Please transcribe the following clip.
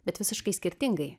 bet visiškai skirtingai